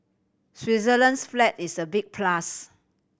Switzerland's flag is a big plus